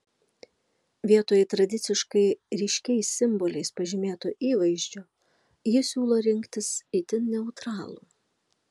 vietoj tradiciškai ryškiais simboliais pažymėto įvaizdžio ji siūlo rinktis itin neutralų